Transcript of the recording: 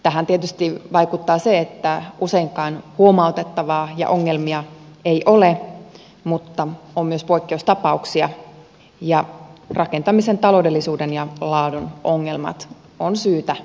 tähän tietysti vaikuttaa se että useinkaan huomautettavaa ja ongelmia ei ole mutta on myös poikkeustapauksia ja rakentamisen taloudellisuuden ja laadun ongelmat on syytä tunnustaa